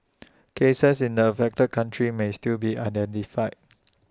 cases in the affected countries may still be identified